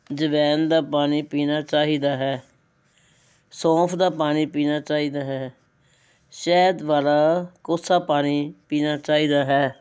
ਅਜਵਾਇਣ ਦਾ ਪਾਣੀ ਪੀਣਾ ਚਾਹੀਦਾ ਹੈ ਸੌਂਫ ਦਾ ਪਾਣੀ ਪੀਣਾ ਚਾਹੀਦਾ ਹੈ ਸ਼ਹਿਦ ਵਾਲਾ ਕੋਸਾ ਪਾਣੀ ਪੀਣਾ ਚਾਹੀਦਾ ਹੈ